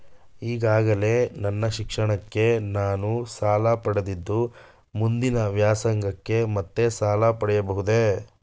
ಈಗಾಗಲೇ ನನ್ನ ಶಿಕ್ಷಣಕ್ಕೆ ನಾನು ಸಾಲ ಪಡೆದಿದ್ದು ಮುಂದಿನ ವ್ಯಾಸಂಗಕ್ಕೆ ಮತ್ತೆ ಸಾಲ ಪಡೆಯಬಹುದೇ?